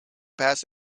bass